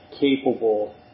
capable